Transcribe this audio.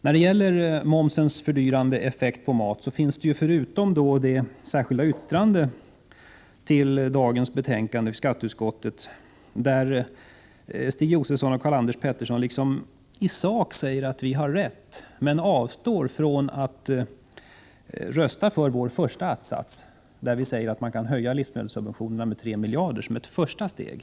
När det gäller momsens fördyrande effekt på mat finns detta särskilda yttrande till skatteutskottets betänkande 42, där Stig Josefson och Karl Anders Petersson i sak säger att vi har rätt, men de avstår från att rösta för vår första att-sats, där vi säger att livsmedelssubventionerna kan höjas 3 miljarder som ett första steg.